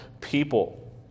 people